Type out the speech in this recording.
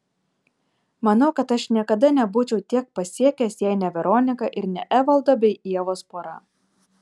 manau kad aš niekada nebūčiau tiek pasiekęs jei ne veronika ir ne evaldo bei ievos pora